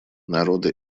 народы